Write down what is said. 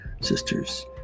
sisters